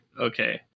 okay